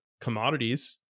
commodities